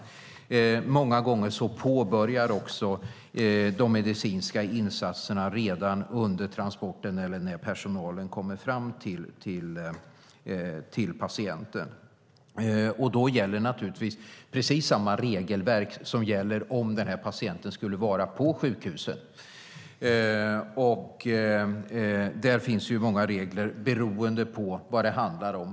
Många gånger påbörjas också de medicinska insatserna redan under transporten eller när personalen kommer fram till patienten. Då gäller naturligtvis precis samma regelverk som om patienten skulle vara på sjukhuset. Där finns många regler beroende på vad det handlar om.